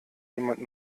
jemand